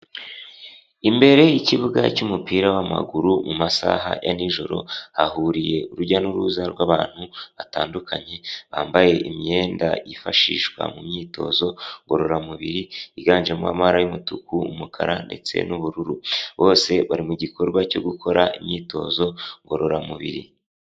Imbere y'ikibuga cy'umupira w'amaguru mu masaha ya n'ijoro, hahuriye urujya n'uruza rw'abantu batandukanye, bambaye imyenda yifashishwa mu myitozo ngororamubiri, yiganjemo amabara y'umutuku, umukara ndetse n'ubururu. Bose bari mu gikorwa cyo gukora imyitozo ngororamubiri.